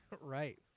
Right